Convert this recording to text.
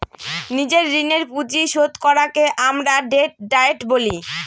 নিজের ঋণের পুঁজি শোধ করাকে আমরা ডেট ডায়েট বলি